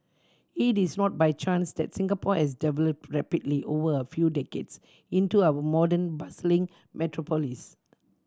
it is not by chance that Singapore has developed rapidly over a few decades into our modern bustling metropolis